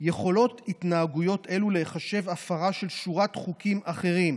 יכולות התנהגויות אלו להיחשב הפרה של שורת חוקים אחרים,